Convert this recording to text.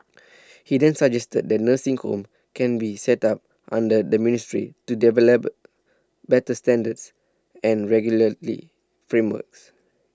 he then suggested that nursing homes can be set up under the ministry to develop better standards and regularly frameworks